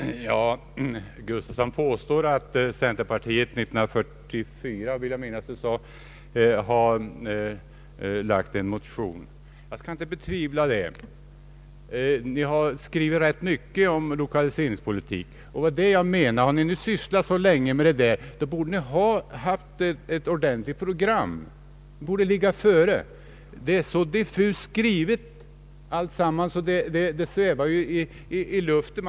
Herr talman! Herr Gustafsson påstod att centerpartiet redan 1944 lade fram en motion i den här frågan, Jag betvivlar inte alls detta. Ni har skrivit rätt mycket om lokaliseringspolitik. Just därför menar jag att när ni sysslat så länge med dessa frågor borde ni ha ett ordentligt program. Ni borde ligga före i utvecklingen. Men allt vad ni skrivit är diffust och svävar i luften.